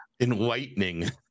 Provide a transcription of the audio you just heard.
enlightening